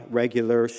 regular